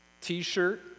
t-shirt